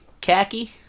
khaki